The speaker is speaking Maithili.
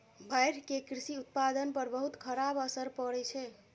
बाढ़ि के कृषि उत्पादन पर बहुत खराब असर पड़ै छै